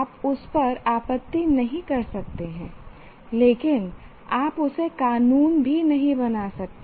आप उस पर आपत्ति नहीं कर सकते हैं लेकिन आप उसे कानून भी नहीं बना सकते